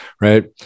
right